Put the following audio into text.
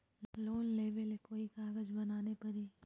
Loan लेबे ले कोई कागज बनाने परी?